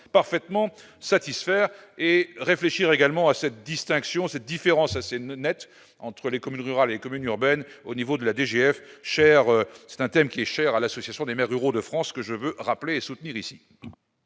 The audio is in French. parfaitement satisfaire et réfléchir également à cette distinction cette différence assez ne nette entre les communes rurales, les communes urbaines au niveau de la DGF cher c'est un thème qui est cher à l'association des maires ruraux de France que je veux rappeler soutenir ici.